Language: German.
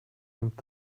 nimmt